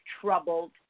troubled